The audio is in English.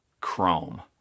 Chrome